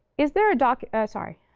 is there a doc sorry,